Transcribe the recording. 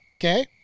okay